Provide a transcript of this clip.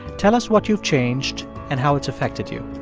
tell us what you've changed and how it's affected you.